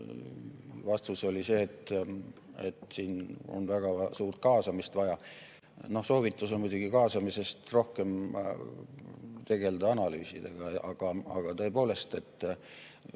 Vastus oli see, et siin on väga suurt kaasamist vaja. Soovitus on kaasamisest rohkem tegeleda analüüsidega, aga tõepoolest